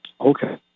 Okay